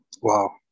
wow